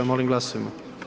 Molim glasujmo.